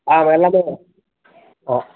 ஆ எல்லாமே ஆ